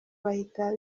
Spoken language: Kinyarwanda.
bahita